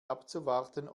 abzuwarten